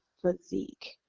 physique